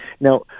Now